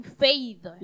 faith